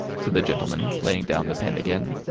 said the gentleman, laying down the pen again.